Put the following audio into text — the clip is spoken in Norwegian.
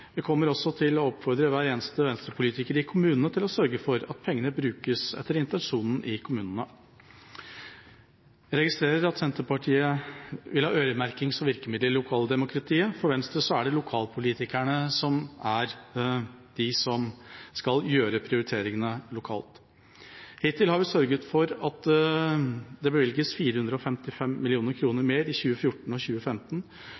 Vi kommer også til oppfordre hver eneste Venstre-politiker i kommunene til å sørge for at pengene brukes etter intensjonen, i kommunene. Jeg registrerer at Senterpartiet vil ha øremerking som virkemiddel i lokaldemokratiet. For Venstre er det lokalpolitikerne som er de som skal foreta prioriteringene lokalt. Hittil har vi sørget for at det bevilges 455 mill. kr mer i 2014 og 2015,